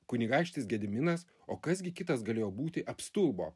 kunigaikštis gediminas o kas gi kitas galėjo būti apstulbo